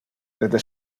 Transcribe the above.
desde